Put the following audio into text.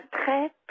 très